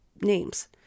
names